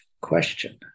question